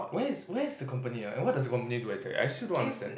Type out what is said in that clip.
where is where is the company ah and what does the company do I still don't understand